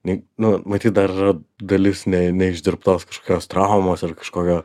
nei nu matyt dar dalis ne neišdirbtos kažkokios traumos ar kažkokio